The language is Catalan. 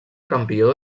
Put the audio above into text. campió